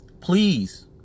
please